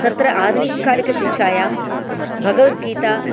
तत्र आधुनिककालिकशिक्षायां भगवद्गीता